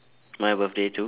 my birthday too